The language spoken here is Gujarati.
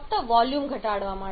ફક્ત વોલ્યુમ ઘટાડવા માટે